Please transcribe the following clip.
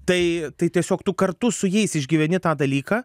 tai tai tiesiog tu kartu su jais išgyveni tą dalyką